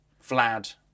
Vlad